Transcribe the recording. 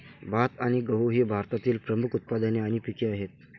भात आणि गहू ही भारतातील प्रमुख उत्पादने आणि पिके आहेत